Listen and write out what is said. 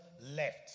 left